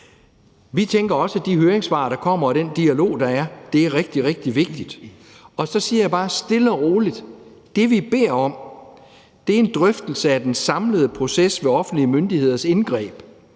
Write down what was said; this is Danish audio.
Vi tænker også, at de høringssvar, der kommer, og at den dialog, der er, er rigtig, rigtig vigtigt. Så siger jeg bare stille og roligt, at det, vi beder om, er en drøftelse af den samlede proces ved offentlige myndigheders indgreb,